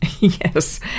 Yes